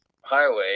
highway